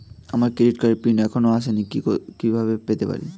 আমার ক্রেডিট কার্ডের পিন এখনো আসেনি কিভাবে পেতে পারি?